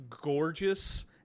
gorgeous